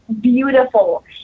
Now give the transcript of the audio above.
beautiful